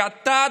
כי אתה,